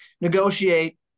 negotiate